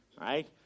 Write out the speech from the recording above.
right